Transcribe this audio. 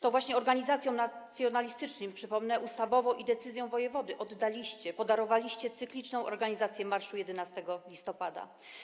To właśnie organizacjom nacjonalistycznym, przypomnę, ustawowo i decyzją wojewody oddaliście, podarowaliście cykliczną organizację marszu 11 listopada.